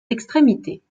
extrémités